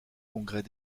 congrès